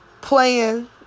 playing